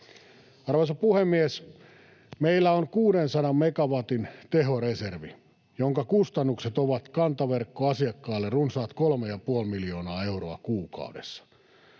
Arvoisa puhemies! Meillä on 600 megawatin tehoreservi, jonka kustannukset ovat kantaverkkoasiakkaille runsaat kolme ja puoli miljoonaa euroa kuukaudessa.